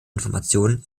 informationen